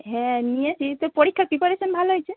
হ্যাঁ নিয়েছি তোর পরীক্ষার প্রিপারেশান ভালো হয়েছে